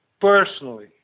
personally